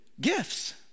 gifts